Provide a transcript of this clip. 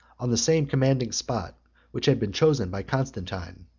on the same commanding spot which had been chosen by constantine.